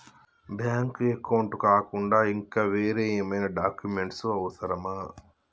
Bank account కాకుండా ఇంకా వేరే ఏమైనా డాక్యుమెంట్స్ అవసరమా?